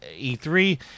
E3